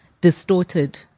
distorted